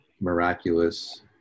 miraculous